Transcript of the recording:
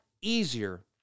easier